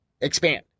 expand